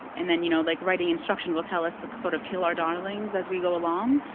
and then you know like writing instruction will tell us to sort of kill our darlings as we go along.